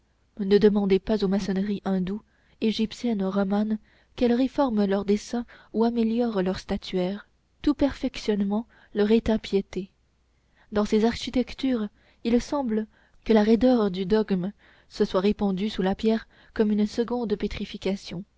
ne demandez pas aux maçonneries hindoue égyptienne romane qu'elles réforment leur dessin ou améliorent leur statuaire tout perfectionnement leur est impiété dans ces architectures il semble que la roideur du dogme se soit répandue sur la pierre comme une seconde pétrification